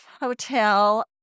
hotel